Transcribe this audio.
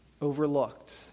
overlooked